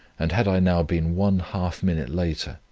and had i now been one half minute later,